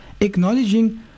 acknowledging